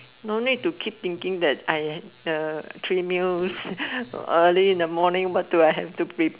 no need to keep thinking that I uh three meals early in the morning what do I have to prepare